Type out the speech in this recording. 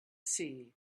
see